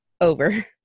over